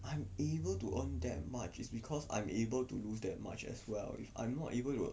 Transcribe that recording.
I am able to earn that much is because I'm able to lose that much as well if I'm not able to